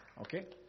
Okay